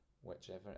whichever